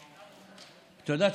את יודעת,